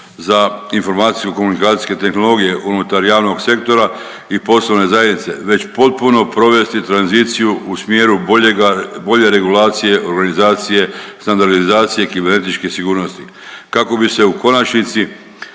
za informacijsko-komunikacijske tehnologije unutar javnog sektora i poslovne zajednice već potpuno provesti tranziciju u smjeru bolje regulacije, organizacije, standardizacije kibernetičke sigurnosti kako bi se u konačnici